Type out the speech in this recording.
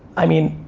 i mean,